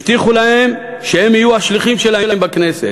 הבטיחו להן שהן יהיו השליחים שלהן בכנסת.